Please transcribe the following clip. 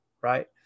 right